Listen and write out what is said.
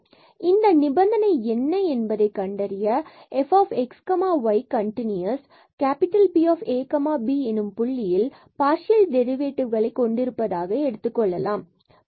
எனவே இந்த நிபந்தனைகள் என்ன என்பதை கண்டறிய மற்றும் fxy கன்டினுயஸ் and Pab எனும் புள்ளியில் பார்சியல் டெரிவேடிவ்களை கொண்டிருப்பதாக எடுத்துக்கொள்ளலாம்